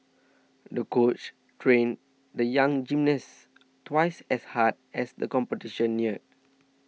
the coach trained the young gymnast twice as hard as the competition neared